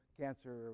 cancer